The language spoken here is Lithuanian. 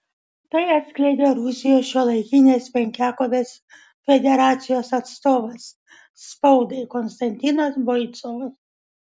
tai atskleidė rusijos šiuolaikinės penkiakovės federacijos atstovas spaudai konstantinas boicovas